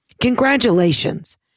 Congratulations